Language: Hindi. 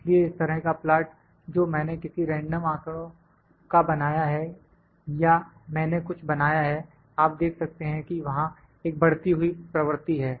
इसलिए इस तरह का प्लाट जो मैंने किसी रैंडम आंकड़ों का बनाया है या मैंने कुछ बनाया है आप देख सकते हैं कि वहां एक बढ़ती हुई प्रवृत्ति है